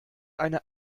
eine